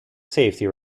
safety